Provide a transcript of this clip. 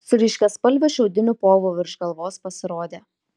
su ryškiaspalviu šiaudiniu povu virš galvos pasirodė